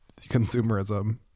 consumerism